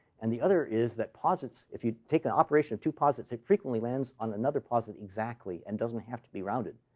and the other is that posits if you take an operation of two posits, it frequently lands on another posit exactly and doesn't have to be rounded.